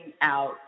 out